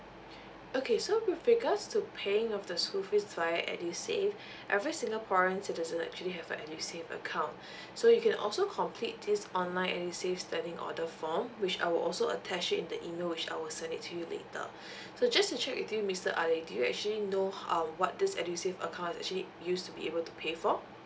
okay so with regards to paying off the school fees via edusave every singaporean citizen actually have a edusave account so you can also complete this online edusave studying order form which I'll also attach it in the email which I'll send it to you later so just to check with you mister ali do you actually know uh what this edusave account is actually used to be able to pay for